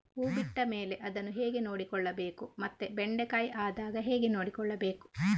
ಹೂ ಬಿಟ್ಟ ಮೇಲೆ ಅದನ್ನು ಹೇಗೆ ನೋಡಿಕೊಳ್ಳಬೇಕು ಮತ್ತೆ ಬೆಂಡೆ ಕಾಯಿ ಆದಾಗ ಹೇಗೆ ನೋಡಿಕೊಳ್ಳಬೇಕು?